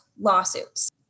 lawsuits